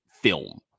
film